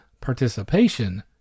participation